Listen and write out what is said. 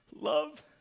love